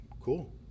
Cool